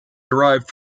derived